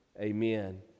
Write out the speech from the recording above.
Amen